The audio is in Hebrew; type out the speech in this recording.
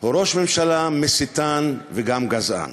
הוא ראש ממשלה מסיתן, וגם גזען.